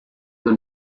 the